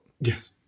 Yes